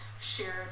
shared